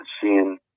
seeing